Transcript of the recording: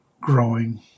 growing